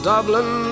Dublin